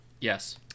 Yes